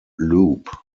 loop